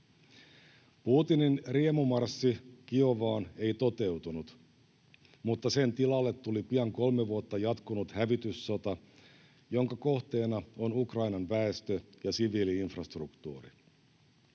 Putinin riemumarssi Kiovaan ei toteutunut, mutta sen tilalle tuli pian kolme vuotta jatkunut hävityssota, jonka kohteena on Ukrainan väestö ja siviili-infrastruktuuri.